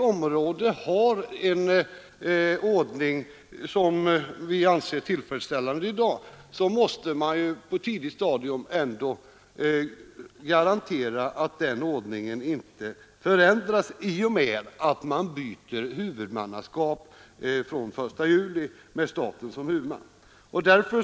Om det på ett område i dag finns en tillfredsställande ordning, måste det på ett tidigt stadium lämnas garantier för att den ordningen inte förändras i och med att man byter huvudman, vilket sker fr.o.m. den 1 juli då staten inträder som huvudman.